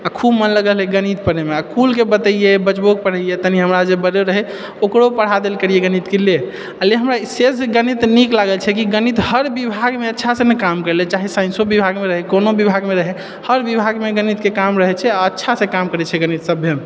आ खूब मन लगल रहै गणित पढ़ैमे आ खुलके बतैए बचबोके पढ़ैए तनि हमरासँ बड़ो रहै ओकरो पढ़ा देल करियै गणित कि ले आ ले हमरा सेसँ जे गणित नीक लागल छै कि गणित हर विभागमे अच्छासँ ने काम करिले चाहे साइन्सो विभागमे रहै कोनो विभागमे रहै हर विभागमे गणितके काम रहैत छै आ अच्छासँ काम करैत छै गणित सभेमे